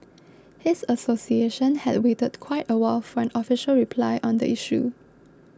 his association had waited quite a while for an official reply on the issue